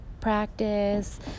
practice